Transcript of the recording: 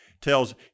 tells